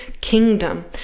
kingdom